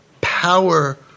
power